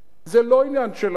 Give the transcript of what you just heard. זה לא עניין שלהם,